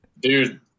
dude